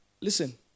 Listen